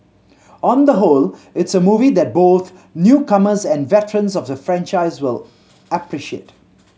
on the whole it's a movie that both newcomers and veterans of the franchise will appreciate